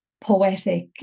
poetic